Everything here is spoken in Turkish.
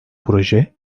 proje